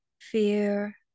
fear